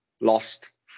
lost